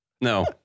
No